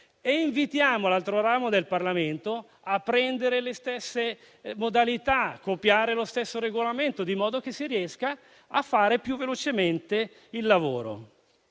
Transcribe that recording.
e invitiamo l'altro ramo del Parlamento a utilizzare le stesse modalità e a copiare lo stesso Regolamento, di modo che si riesca a fare più velocemente il lavoro.